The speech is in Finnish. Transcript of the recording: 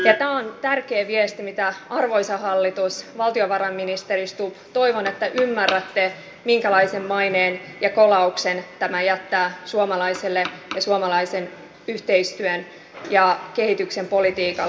tämä on tärkeä viesti ja toivon arvoisa hallitus valtiovarainministeri stubb että ymmärrätte minkälaisen maineen ja kolauksen tämä jättää suomalaisen yhteistyön ja kehityksen politiikalle